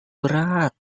berat